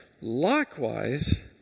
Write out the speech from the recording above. Likewise